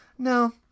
No